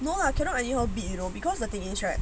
no lah cannot anyhow bid you know because of the insurance